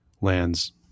lands